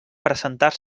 presentar